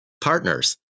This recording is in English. partners